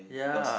ya